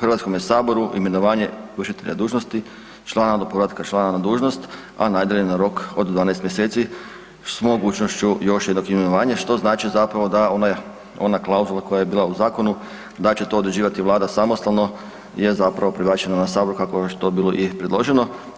HS-u imenovanje vršitelja dužnosti člana do povratka člana na dužnost, a najdalje na rok od 12 mjeseci s mogućnošću još jednog imenovanja što znači zapravo da ona klauzula koja je bila u zakonu da će to određivati Vlada samostalno je zapravo prebačeno na Sabor kako je već to bilo i predloženo.